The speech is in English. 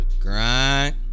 Grind